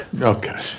okay